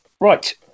Right